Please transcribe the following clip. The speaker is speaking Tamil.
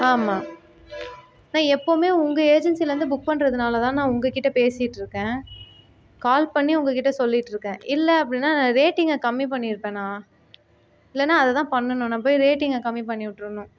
ஆமாம் நான் எப்பவுமே உங்கள் ஏஜென்சிலேருந்து புக் பண்றதுனால்தாண்ணா உங்கள்கிட்ட பேசிட்டிருக்கேன் கால் பண்ணி உங்கள்கிட்ட சொல்லிட்ருக்கேன் இல்லை அப்படினா நான் ரேட்டிங்கை கம்மி பண்ணியிருப்பண்ணா இல்லைனா அதைதான் பண்ணணும் நான் போய் ரேட்டிங்கை கம்மி பண்ணிவிட்றணும்